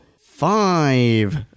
five